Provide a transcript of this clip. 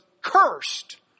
cursed